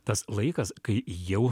tas laikas kai jau